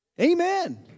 Amen